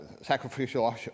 sacrificial